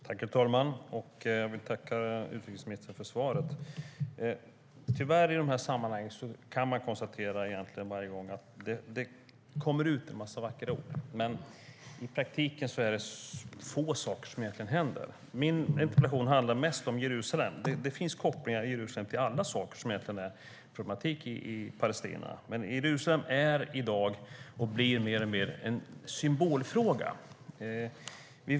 Herr talman! Jag vill tacka utrikesministern för svaret. Tyvärr kan man i de här sammanhangen konstatera, egentligen varje gång, att det kommer ut en massa vackra ord, men i praktiken är det få saker som händer. Min interpellation handlar mest om Jerusalem. Det finns kopplingar i Jerusalem till alla saker som innebär en problematik i Palestina. Jerusalem är i dag, och blir mer och mer, en symbolfråga.